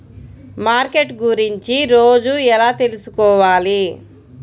Market గురించి రోజు ఎలా తెలుసుకోవాలి?